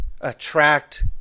attract